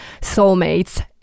soulmates